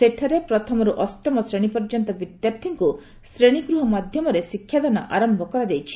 ସେଠାରେ ପ୍ରଥମରୁ ଅଷ୍ଟମ ଶ୍ରେଣୀ ପର୍ଯ୍ୟନ୍ତ ବିଦ୍ୟାର୍ଥୀଙ୍କୁ ଶ୍ରେଣୀଗୃହ ମାଧ୍ୟମରେ ଶିକ୍ଷାଦାନ ଆରମ୍ଭ କରାଯାଇଛି